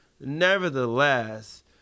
nevertheless